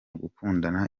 gukundana